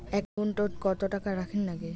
একাউন্টত কত টাকা রাখীর নাগে?